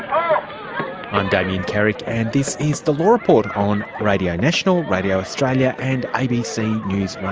um damien carrick and this is the law report on radio national, radio australia and abc news